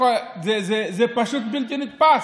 זה פשוט בלתי נתפס.